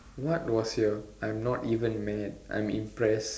what was your I'm not even mad I'm impressed